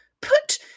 Put